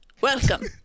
Welcome